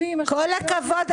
הכספים --- כל הכבוד.